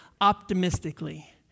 optimistically